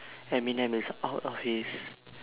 eminem is out of his